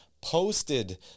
posted